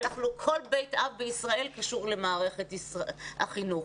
כל בית אב בישראל קשור למערכת החינוך